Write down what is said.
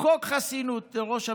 חוק חסינות לראש ממשלה.